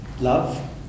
love